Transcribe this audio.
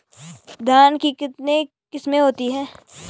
धान की कितनी किस्में होती हैं?